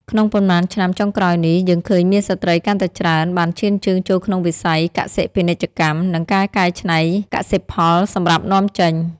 ក្នុងប៉ុន្មានឆ្នាំចុងក្រោយនេះ យើងឃើញមានស្ត្រីកាន់តែច្រើនបានឈានជើងចូលក្នុងវិស័យកសិ-ពាណិជ្ជកម្ម និងការកែច្នៃកសិផលសម្រាប់នាំចេញ។